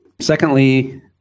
Secondly